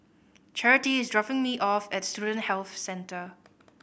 Charity is dropping me off at Student Health Centre